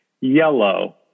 Yellow